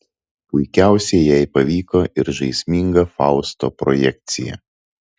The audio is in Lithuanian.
puikiausiai jai pavyko ir žaisminga fausto projekcija